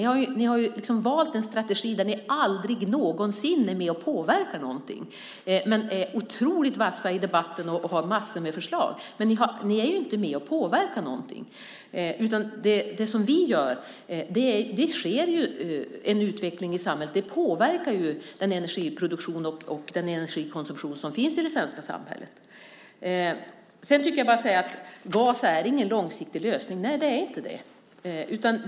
Ni har valt en strategi där ni aldrig någonsin är med och påverkar någonting men är otroligt vassa i debatten och har massor med förslag. Men ni är inte med och påverkar. Det sker en utveckling i samhället. Det påverkar den energiproduktion och energikonsumtion som finns i det svenska samhället. Gas är ingen långsiktig lösning.